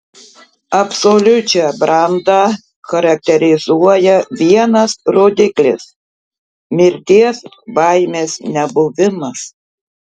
absoliučią brandą charakterizuoja vienas rodiklis mirties baimės nebuvimas